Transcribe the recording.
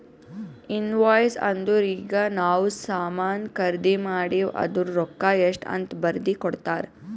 invoice ಅಂದುರ್ ಈಗ ನಾವ್ ಸಾಮಾನ್ ಖರ್ದಿ ಮಾಡಿವ್ ಅದೂರ್ದು ರೊಕ್ಕಾ ಎಷ್ಟ ಅಂತ್ ಬರ್ದಿ ಕೊಡ್ತಾರ್